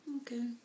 Okay